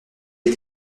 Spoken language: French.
est